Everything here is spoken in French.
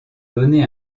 donné